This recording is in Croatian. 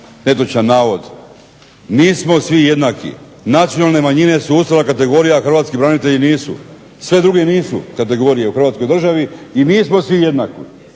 netočan navod. Nismo svi jednaki, nacionalne manjine su ustavna kategorija, hrvatski branitelji nisu, sve druge nisu kategorije u Hrvatskoj državi i nismo svi jednaki.